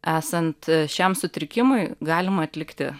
esant šiam sutrikimui galima atlikti